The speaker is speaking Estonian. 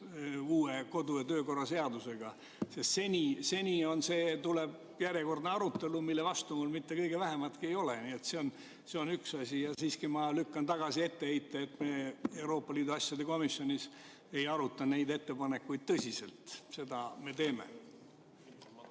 uue kodu‑ ja töökorra seadusega, aga seni on nii. See tuleb järjekordne arutelu, mille vastu mul mitte kõige vähematki ei ole. Nii et see on üks asi. Ja siiski ma lükkan tagasi etteheite, et me Euroopa Liidu asjade komisjonis ei aruta neid ettepanekuid tõsiselt. Me teeme